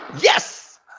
Yes